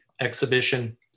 exhibition